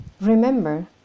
remember